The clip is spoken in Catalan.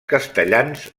castellans